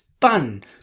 fun